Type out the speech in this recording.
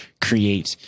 create